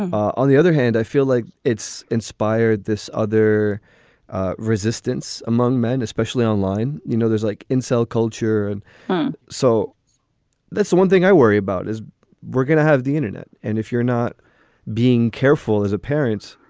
on the other hand, i feel like it's inspired this other resistance among men, especially online. you know, there's like in cell culture. and so that's one thing i worry about is we're gonna have the internet. and if you're not being careful as a parents,